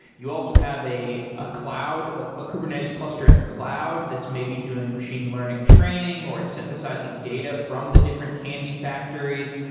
you also have a ah cloud ah a kubernetes cluster in the cloud that's maybe doing machine learning training, or it's synthesizing data from the different candy factories,